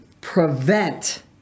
prevent